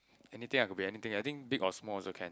anything ah could be anything I think big or small also can